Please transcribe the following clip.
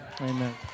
Amen